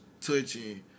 touching